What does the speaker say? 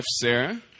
Sarah